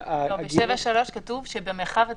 ב-7(3) כתוב "שבמרחב הציבורי".